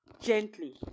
gently